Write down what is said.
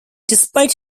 despite